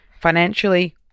financially